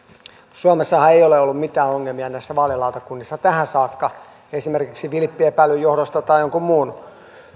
suomessahan ei ole ollut mitään ongelmia näissä vaalilautakunnissa tähän saakka esimerkiksi vilppiepäilyn johdosta tai jonkun muun